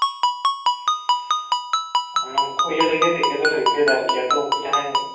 ᱩᱱᱝᱠᱩ ᱤᱭᱟᱹ ᱞᱟᱹᱜᱤᱫ ᱨᱤᱠᱟᱹ ᱫᱚᱞᱮ ᱨᱤᱠᱟᱹᱭᱮᱫᱟ ᱟᱨᱠᱤ ᱩᱱᱠᱩ ᱡᱟᱦᱟᱸᱭ